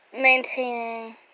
maintaining